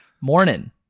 Morning